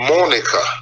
Monica